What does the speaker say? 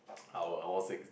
our all six